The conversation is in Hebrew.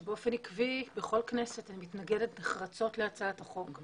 שבאופן עקבי בכל כנסת אני מתנגדת נחרצות להצעת החוק.